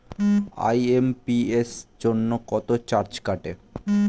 IMPS জন্য কত charge কাটে?